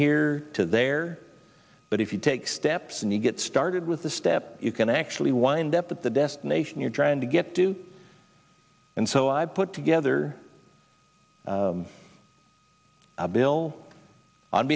here to there but if you take steps and you get started with the step you can actually wind up at the destination you're trying to get to and so i've put together a bill on